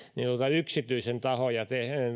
yksityisen